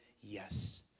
yes